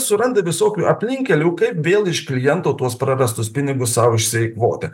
suranda visokių aplinkkelių kaip vėl iš klientų tuos prarastus pinigus sau išsieikvoti